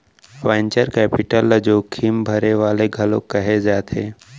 venture capital ल जोखिम भरे वाले घलोक कहे जाथे